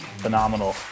phenomenal